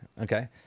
okay